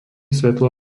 svetlo